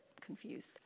confused